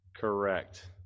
Correct